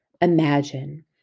Imagine